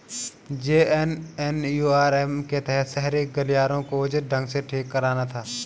JNNURM के तहत शहरी गलियारों को उचित ढंग से ठीक कराना था